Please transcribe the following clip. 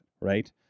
Right